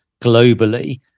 globally